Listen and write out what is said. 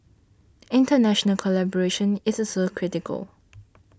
international collaboration is also critical